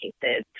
cases